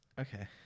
Okay